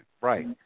right